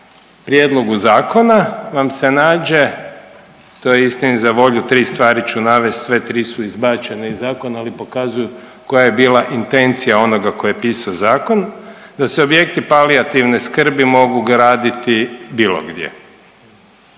prijedlogu zakona vam se nađe to je istini za volju tri stvari ću navest, sve tri su izbačene iz zakona, ali pokazuju koja je bila intencija onoga koji je pisao zakon, da se objekti palijativne skrbi mogu graditi bilo gdje.